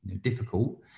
difficult